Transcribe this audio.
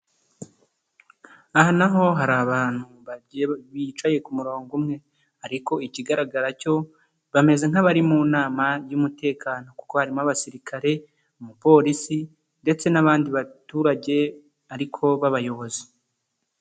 Aha naho hari abantu bicaye ku murongo umwe ariko ikigaragara cyo, bameze nk'abari mu nama y'umutekano kuko harimo abasirikare, umupolisi ndetse n'abandi baturage ariko b'abayobozi.